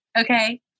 Okay